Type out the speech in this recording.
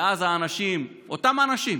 ואז האנשים, אותם האנשים,